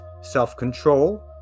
self-control